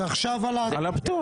זה על הפטור.